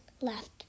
left